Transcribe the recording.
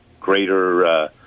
greater